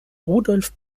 rudolf